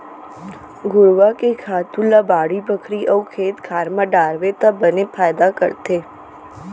घुरूवा के खातू ल बाड़ी बखरी अउ खेत खार म डारबे त बने फायदा करथे